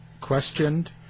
questioned